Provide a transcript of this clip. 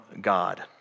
God